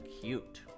cute